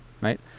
right